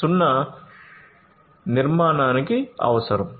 0 నిర్మాణానికి అవసరం